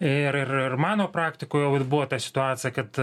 ir ir ir mano praktikoj vat buvo ta situacija kad